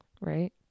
right